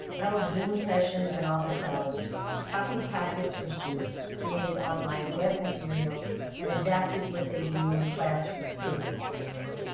held zoom sessions and office hours copy packets for students, created online web material and adapted what they do in the classroom to a virtual world.